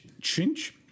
Chinch